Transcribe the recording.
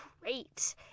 great